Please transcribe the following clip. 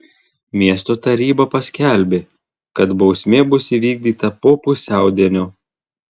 miesto taryba paskelbė kad bausmė bus įvykdyta po pusiaudienio